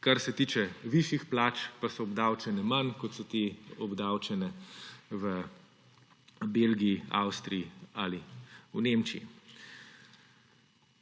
kar se tiče višjih plač, pa so obdavčene manj, kot so te obdavčene v Belgiji, Avstriji ali v Nemčiji.